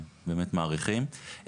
באמת מעריכים,